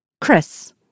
Chris